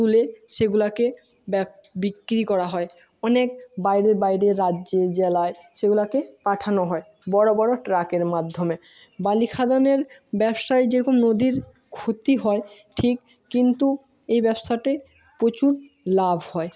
তুলে সেগুলাকে বিক্রি করা হয় অনেক বাইরে বাইরে রাজ্যে জেলায় সেগুলাকে পাঠানো হয় বড়ো বড়ো ট্রাকের মাধ্যমে বালি খাদানের ব্যবসায় যেরকম নদীর ক্ষতি হয় ঠিক কিন্তু এই ব্যবসাতে প্রচুর লাভ হয়